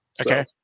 Okay